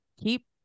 Keep